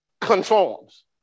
conforms